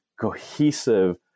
cohesive